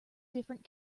different